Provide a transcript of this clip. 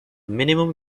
minimum